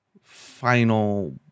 final